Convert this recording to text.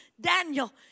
Daniel